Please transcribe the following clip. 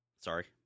sorry